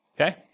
okay